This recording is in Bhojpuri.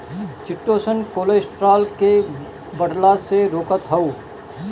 चिटोसन कोलेस्ट्राल के बढ़ला से रोकत हअ